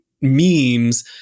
memes